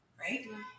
Right